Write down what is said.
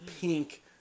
pink